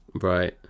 right